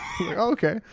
okay